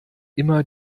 immer